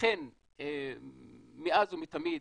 אכן מאז ומתמיד